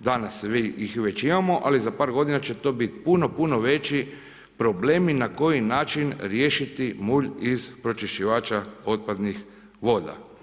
danas vi ih već imamo, ali za par g. će to biti puno puno veći problemi na koji način riješiti mulj iz pročišćivala otpadnih voda.